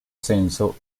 ascenso